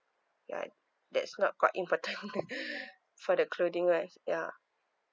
ya that's not quite important [one] for the clothing wise ya